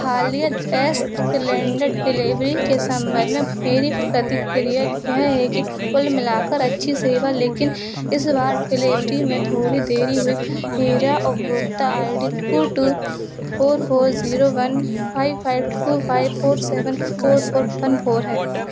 हालिया gas cylinder delivery के संबंध में मेरी प्रतिक्रिया यह है कि कुल मिलाकर अच्छी सेवा लेकिन इस बार ठिलेवरी में थोड़ी देरी हुई मेरा उपभोक्ता I D two two four four zero one five five two five four seven four four one four है